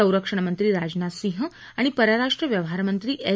संरक्षण मंत्री राजनाथ सिंह आणि परराष्ट्र व्यवहार मंत्री एस